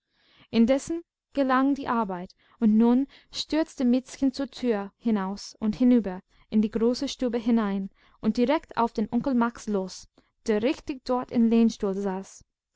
indessen gelang die arbeit und nun stürzte miezchen zur tür hinaus und hinüber in die große stube hinein und direkt auf den onkel max los der richtig dort im lehnstuhl saß